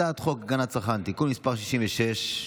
הצעת חוק הגנת הצרכן (תיקון מס' 66),